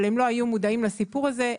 אבל הם לא היו מודעים לסיפור הזה,